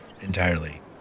entirely